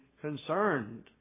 concerned